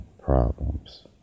problems